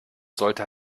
sollte